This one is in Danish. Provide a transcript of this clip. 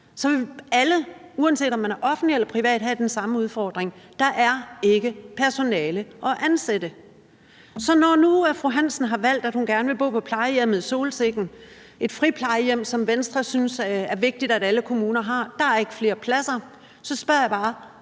så vil alle, uanset om man er offentlig eller privat, have den samme udfordring: Der er ikke personale at ansætte. Så når nu fru Hansen har valgt, at hun gerne vil bo på plejehjemmet Solsikken, et friplejehjem, som Venstre synes er vigtigt at alle kommuner har, men der ikke er flere pladser, så spørger jeg bare: